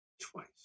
twice